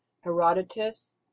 Herodotus